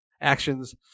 actions